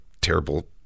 terrible